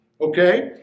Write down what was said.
Okay